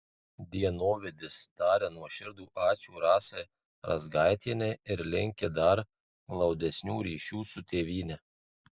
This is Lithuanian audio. dienovidis taria nuoširdų ačiū rasai razgaitienei ir linki dar glaudesnių ryšių su tėvyne